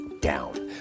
down